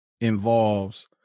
involves